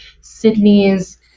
Sydney's